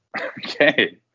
Okay